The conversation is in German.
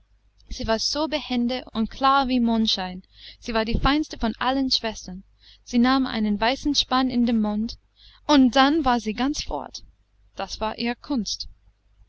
sie war so behende und klar wie mondschein sie war die feinste von allen schwestern sie nahm einen weißen span in den mund und dann war sie ganz fort das war ihre kunst